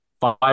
five